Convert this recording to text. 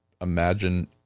imagine